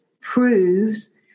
proves